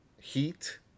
Heat